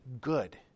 good